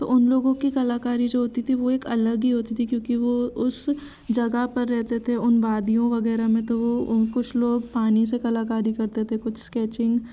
तो उन लोगों की कलाकारी जो होती थी वो एक अलग ही होती थी क्योंकि वो उस जगह पर रहते थे उन वादियों वगैरह में तो वो उन कुछ लोग पानी से कलाकारी करते थे कुछ एस्केचिंग